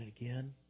again